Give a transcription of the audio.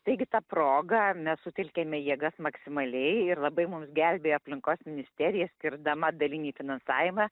taigi ta proga mes sutelkėme jėgas maksimaliai ir labai mums gelbėja aplinkos ministerija skirdama dalinį finansavimą